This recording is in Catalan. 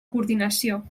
coordinació